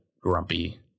grumpy